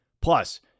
Plus